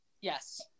yes